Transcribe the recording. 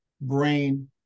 brain